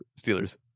Steelers